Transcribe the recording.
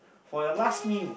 for your last meal